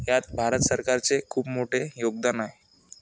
यात भारत सरकारचे खूप मोठे योगदान आहे